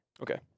Okay